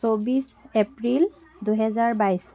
চৌব্বিছ এপ্ৰিল দুহেজাৰ বাইছ